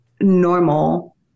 normal